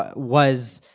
ah was,